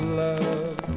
love